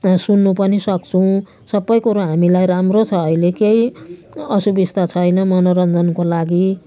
सुन्नु पनि सक्छौँ सबै कुरो हामीलाई राम्रो छ अहिले केही असुविस्ता छैन मनोरञ्जनको लागि